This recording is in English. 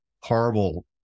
horrible